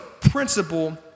principle